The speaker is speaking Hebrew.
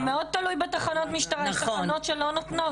זה מאוד תלוי בתחנת המשטרה, יש תחנות שלא נותנות.